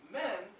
men